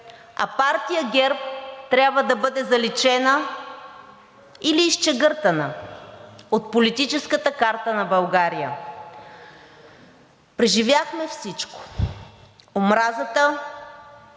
а партия ГЕРБ трябва да бъде заличена или изчегъртана от политическата карта на България. Преживяхме всичко – омразата,